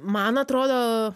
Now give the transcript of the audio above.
man atrodo